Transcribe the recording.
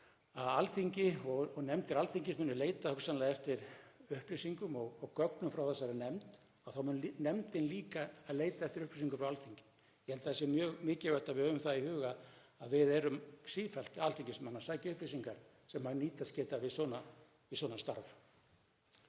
að Alþingi og nefndir Alþingis muni leita hugsanlega eftir upplýsingum og gögnum frá þessari nefnd þá muni nefndin líka leita eftir upplýsingum frá Alþingi. Ég held að það sé mjög mikilvægt að við höfum það í huga að við erum sífellt, alþingismenn, að sækja upplýsingar sem nýst geta við svona starf.